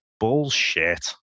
Bullshit